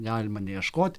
galima neieškot